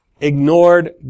ignored